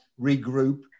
regroup